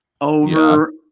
over